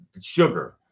sugar